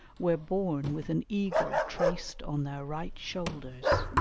were born with an eagle traced on their right shoulders.